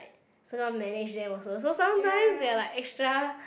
sometime manage them also so sometime they're like extra